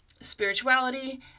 spirituality